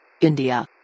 India